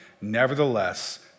Nevertheless